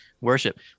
worship